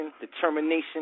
determination